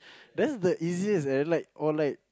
that's the easiest and the like or like